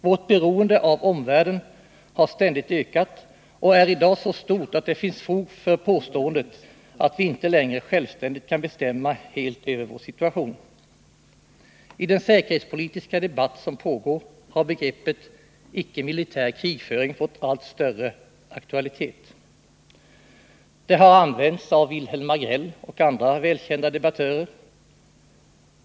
Vårt beroende av omvärlden har ständigt ökat och är i dag så stort att det finns fog för påståendet att vi inte längre självständigt kan bestämma helt över vår situation. I den säkerhetspolitiska debatt som pågår har begreppet icke-militär krigföring fått allt större aktualitet. Det har använts av Wilhelm Agrell och andra välkända debattörer.